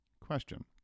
question